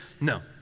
no